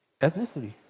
ethnicity